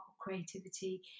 creativity